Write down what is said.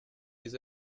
les